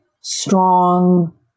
strong